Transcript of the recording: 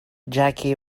jackie